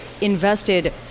invested